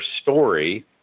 story